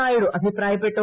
നായിഡു അഭിപ്രായപ്പെട്ടു